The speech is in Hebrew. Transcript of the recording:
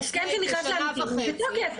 ההסכם שנחתם עם עמיתים הוא בתוקף.